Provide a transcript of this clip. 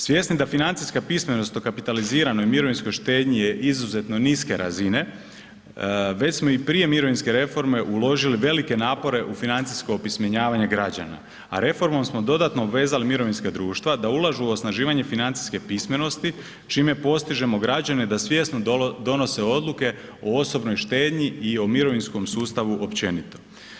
Svjesni da financijska pismenost o kapitaliziranoj mirovinskoj štednji je izuzetno niske razine već smo i prije mirovinske reforme uložili velike napore u financijsko opismenjavanje građana, a reformom smo dodatno obvezali mirovinska društva da ulažu u osnivanje financijske pismenosti čime postižemo građane da svjesno donose odluke o osobnoj štednji i o mirovinskom sustavu općenito.